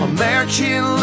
American